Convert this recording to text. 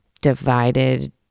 divided